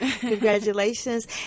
congratulations